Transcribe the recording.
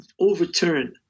overturn